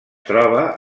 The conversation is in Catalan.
troba